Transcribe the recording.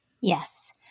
Yes